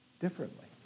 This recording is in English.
differently